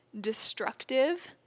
destructive